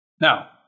Now